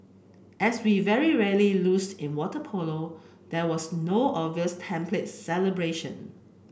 as we very rarely lose in water polo there was no obvious template celebration